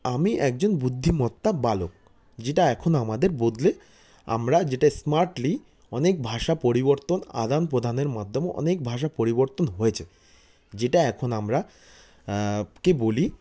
আমি একজন বুদ্ধিমত্তা বালক যেটা এখন আমাদের বদলে আমরা যেটা স্মার্টলি অনেক ভাষা পরিবর্তন আদান প্রদানের মাধ্যমে অনেক ভাষা পরিবর্তন হয়েছে যেটা এখন আমরা কে বলি